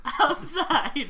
Outside